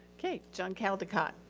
okay, john caldecot.